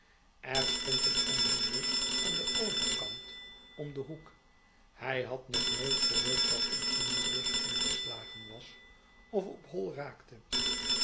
er stond een omnibus aan den overkant om den hoek hij had nog nooit gehoord dat een omnibus omgeslagen was of op hoi raakte